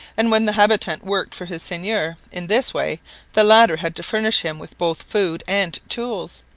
and when the habitant worked for his seigneur in this way the latter had to furnish him with both food and tools,